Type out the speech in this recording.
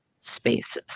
spaces